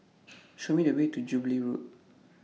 Show Me The Way to Jubilee Road